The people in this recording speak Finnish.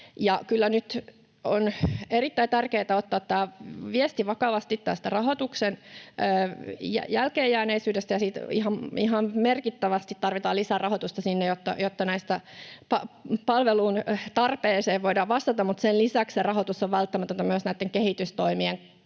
kyllä nyt on erittäin tärkeätä ottaa vakavasti tämä viesti tästä rahoituksen jälkeenjääneisyydestä, ja ihan merkittävästi tarvitaan lisärahoitusta sinne, jotta palvelun tarpeeseen voidaan vastata. Mutta sen lisäksi se rahoitus on välttämätöntä myös näitten kehitystoimien